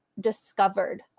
discovered